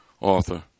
author